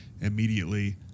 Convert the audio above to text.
immediately